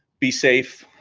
be safe